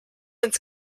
ins